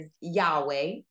Yahweh